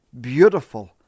beautiful